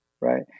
right